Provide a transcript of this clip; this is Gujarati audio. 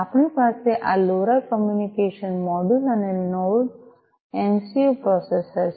આપણી પાસે આ લોરા કોમ્યુનિકેશન મોડ્યુલ અને નોડ એમસિયું પ્રોસેસર છે